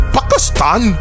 Pakistan